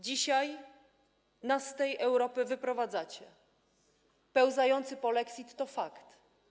Dzisiaj nas z tej Europy wyprowadzacie - pełzający polexit to fakt.